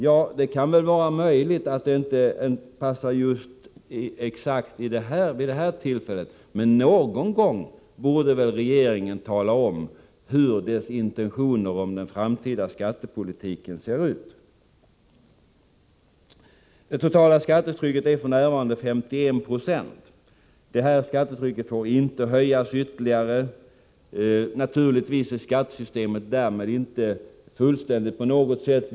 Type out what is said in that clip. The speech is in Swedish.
Ja, det kan vara möjligt att det inte passar riktigt vid det här tillfället, men någon gång borde väl regeringen tala om hur dess intentioner i fråga om den framtida skattepolitiken ser ut. Det totala skattetrycket är f.n. 51 90. Detta skattetryck får inte höjas ytterligare. Naturligtvis är skattesystemet därmed inte på något sätt fullständigt.